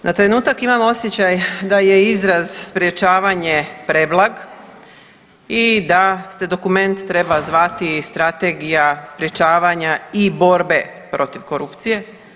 Na trenutak imam osjećaj da je izraz sprječavanje preblag i da se dokument treba zvati strategija sprječavanja i borbe protiv korupcije.